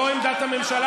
לא עמדת הממשלה,